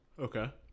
Okay